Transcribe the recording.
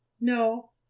No